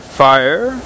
fire